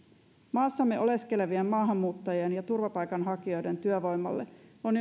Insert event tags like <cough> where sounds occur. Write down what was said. maassamme oleskelevien maahanmuuttajien ja turvapaikanhakijoiden työvoimalle on <unintelligible>